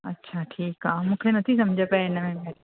अच्छा ठीकु आहे मूंखे नथी समुझ पिए हिन में